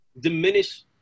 diminish